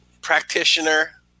practitioner